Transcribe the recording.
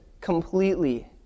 completely